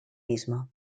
mismo